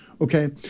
Okay